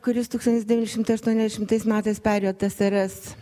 kuris tūkstantis devyni šimtai aštuoniasdešimtais metais perėjo tsrs